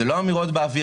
זה לא אמירות באוויר.